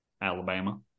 alabama